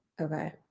Okay